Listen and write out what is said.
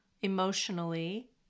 emotionally